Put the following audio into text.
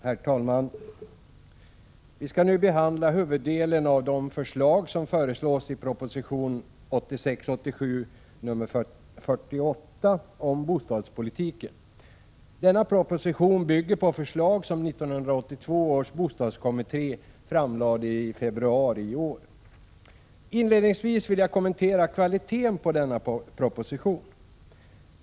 Herr talman! Vi skall nu behandla huvuddelen av de förslag som föreslås i proposition 1986/87:48 om bostadspolitiken. Denna proposition bygger på förslag som 1982 års bostadskommitté framlade i februari i år. Inledningsvis vill jag kommentera kvaliteten på denna proposition.